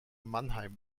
mannheim